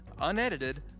unedited